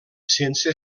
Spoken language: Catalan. sense